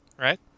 right